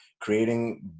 creating